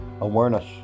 awareness